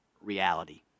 reality